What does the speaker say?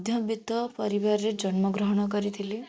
ମଧ୍ୟବିତ୍ତ ପରିବାରରେ ଜନ୍ମଗ୍ରହଣ କରିଥିଲି